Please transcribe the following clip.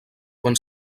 quan